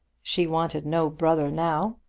she wanted no brother now.